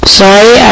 sorry